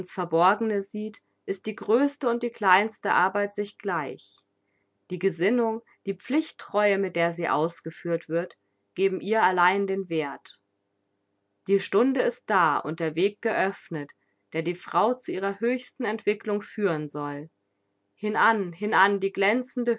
verborgene sieht ist die größte und die kleinste arbeit sich gleich die gesinnung die pflichttreue mit der sie ausgeführt wird geben ihr allein den werth die stunde ist da und der weg geöffnet der die frau zu ihrer höchsten entwickelung führen soll hinan hinan die glänzende